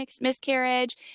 miscarriage